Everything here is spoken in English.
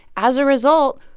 as a result,